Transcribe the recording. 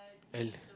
L